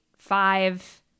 Five